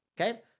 Okay